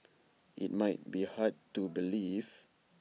IT might be hard to believe